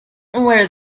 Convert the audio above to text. where